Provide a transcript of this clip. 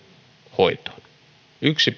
hoitoon yksi